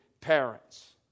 parents